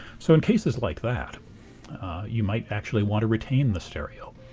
so in cases like that you might actually want to retain the stereo.